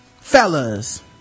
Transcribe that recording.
fellas